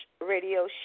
Radio